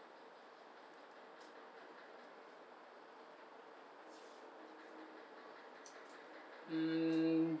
mm